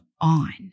on